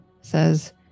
says